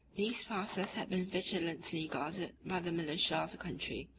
these passes had been vigilantly guarded by the militia of the country,